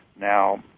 Now